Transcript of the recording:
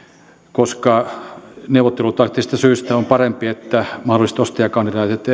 koska neuvottelutaktisista syistä on parempi että mahdolliset ostajakandidaatit